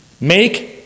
Make